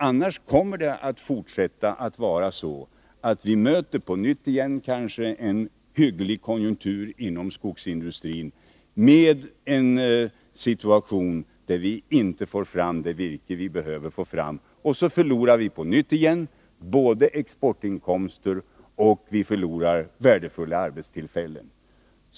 Annars kommer vi på nytt att möta situationen med en hygglig konjunktur inom skogsindustrin utan att vi får fram det virke vi behöver. Och då förlorar vi på nytt både exportinkomster och värdefulla arbetstillfällen.